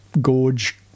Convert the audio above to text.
gorge